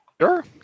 Sure